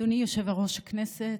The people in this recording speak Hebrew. אדוני היושב-ראש, כנסת,